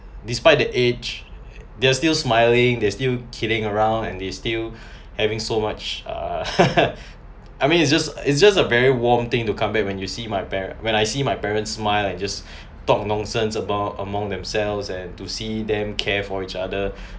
despite the age they are still smiling they're still kidding around and they still having so much err I mean it's just it's just a very warm thing to come back when you see my pare~ when I see my parents smile and just talk nonsense about among themselves and to see them care for each other